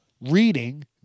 Reading